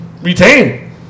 retain